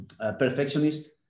perfectionist